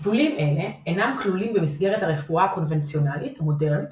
טיפולים אלה אינם כלולים במסגרת הרפואה הקונבנציונלית המודרנית